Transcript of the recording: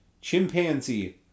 Chimpanzee